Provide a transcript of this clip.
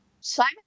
Simon